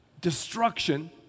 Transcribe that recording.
destruction